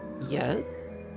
Yes